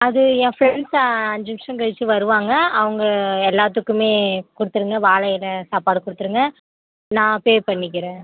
அது ஏன் ஃப்ரெண்ட்ஸு அஞ்சு நிமிஷம் கழிச்சு வருவாங்க அவங்க எல்லாத்துக்குமே கொடுத்துருங்க வாழை இல சாப்பாடு கொடுத்துருங்க நான் பே பண்ணிக்கிறேன்